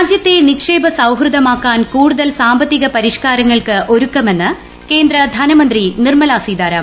രാജ്യത്തെ നിക്ഷേപ സൌഹൃദമാക്കാൻ കൂടുതൽ സാമ്പത്തിക പരിഷ്ക്കാരങ്ങൾക്ക് ഒരുക്കമെന്ന് കേന്ദ്ര ധനമന്ത്രി നിർമ്മലാ സീതാരാമൻ